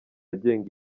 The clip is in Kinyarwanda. agenga